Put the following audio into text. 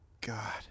God